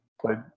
Played